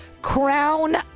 Crown